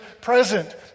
present